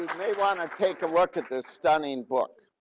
may wanna take a look at this stunning book.